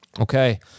Okay